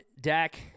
Dak